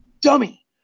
dummy